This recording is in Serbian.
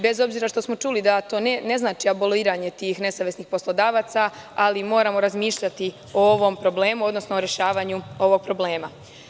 Bez obzira što smo čuli da to ne znači aboliranje tih nesavesnih poslodavaca ali moramo razmišljati o ovom problemu, odnosno o rešavanju ovog problema.